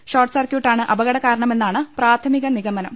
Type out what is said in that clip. short സർക്യൂട്ടാണ് അപകടകാരണമെന്നാണ് പ്രാഥമിക നിഗമനം